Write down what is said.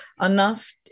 enough